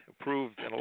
approved